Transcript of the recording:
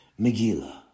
Megillah